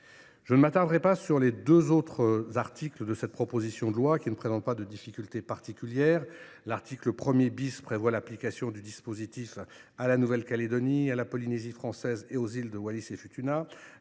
Je ne m’attarderai pas sur les deux autres articles de cette proposition de loi, qui ne présentent pas de difficulté particulière. L’article 1 prévoit l’application du dispositif à la Nouvelle Calédonie, à la Polynésie française et aux îles Wallis et Futuna.